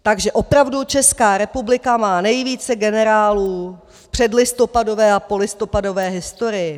Takže opravdu Česká republika má nejvíce generálů v předlistopadové a polistopadové historii.